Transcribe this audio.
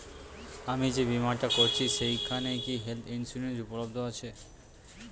আমি যে বীমাটা করছি সেইখানে কি হেল্থ ইন্সুরেন্স উপলব্ধ আছে?